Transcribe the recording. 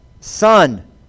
son